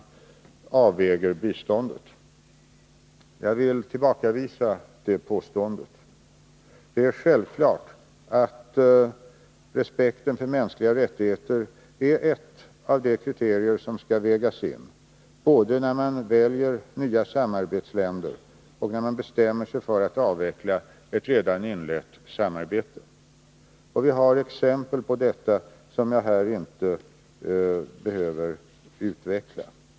Jag vill tillbakavisa det påståendet. Det är självklart att respekten för mänskliga rättigheter är ett av de kriterier som skall vägas in både när man väljer nya samarbetsländer och när man bestämmer sig för att avveckla ett redan inlett samarbete. Vi har exempel på detta som jag här inte behöver utveckla.